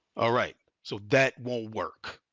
all right, so that won't work.